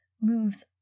moves